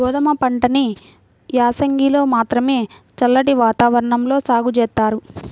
గోధుమ పంటని యాసంగిలో మాత్రమే చల్లటి వాతావరణంలో సాగు జేత్తారు